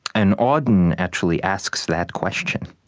and auden actually asks that question.